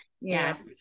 Yes